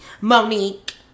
Monique